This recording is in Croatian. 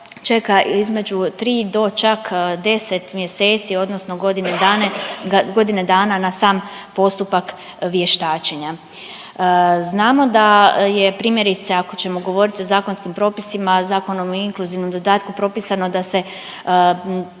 čeka između 3 do čak 10 mjeseci odnosno godine dane, godine dana na sam postupak vještačenja. Znamo da je primjerice ako ćemo govoriti o zakonskim propisima Zakonom o inkluzivnom dodatku propisano da se